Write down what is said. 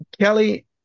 Kelly